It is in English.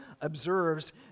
observes